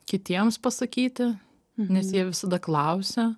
kitiems pasakyti nes jie visada klausia